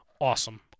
awesome